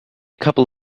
couple